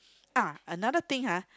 ah another thing !huh!